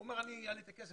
הוא אומר שהיה לו את הכסף,